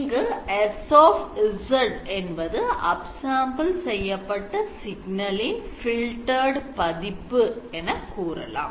இங்கு S என்பது upsample செய்யப்பட்ட சிக்னலின் filtered பதிப்பு என்று கூறலாம்